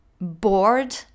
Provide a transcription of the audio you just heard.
bored